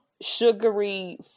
sugary